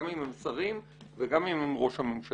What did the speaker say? גם אם הם שרים וגם אם הם ראש הממשלה